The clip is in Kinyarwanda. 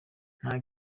nta